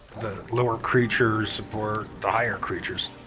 the lower creatures support the higher creatures.